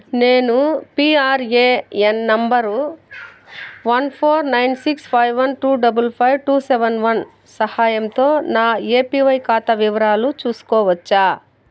నేను PRAN number one four nine six five one two double five two seven one సహాయంతో నా APY ఖాతా వివరాలు చూసుకోవచ్చా